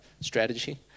strategy